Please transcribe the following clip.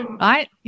right